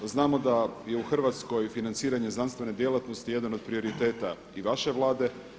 Znamo da je u Hrvatskoj financiranje znanstvene djelatnosti jedan od prioriteta i vaše Vlade.